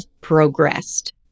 progressed